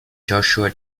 joshua